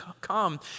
come